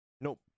Nope